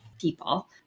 people